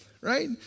right